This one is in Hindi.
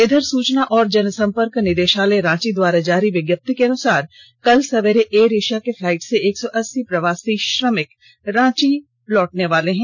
इधर सूचना एवं जनसंपर्क निदेषालय रांची द्वारा जारी विज्ञप्ति के अनुसार कल सवेरे एयर एषिया के फ्लाईट से एक सौ अस्सी प्रवासी श्रमिक रांची लौटने वाले हैं